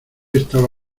estaba